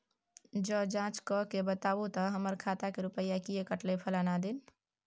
ज जॉंच कअ के बताबू त हमर खाता से रुपिया किये कटले फलना दिन?